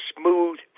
smooth